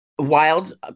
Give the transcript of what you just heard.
Wild